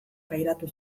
pairatu